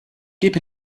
keep